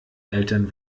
eltern